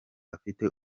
afite